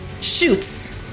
shoots